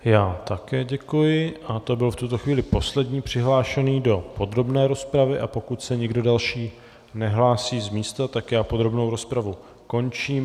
Já také děkuji a to byl v tuto chvíli poslední přihlášený do podrobné rozpravy, a pokud se nikdo další nehlásí z místa, tak podrobnou rozpravu končím.